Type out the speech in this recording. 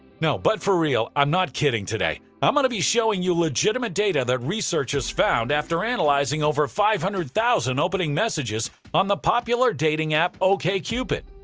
but for real, i'm not kidding today i'm gonna be showing you legitimate data that researchers found after analyzing over five hundred thousand opening messages on the popular dating app okcupid.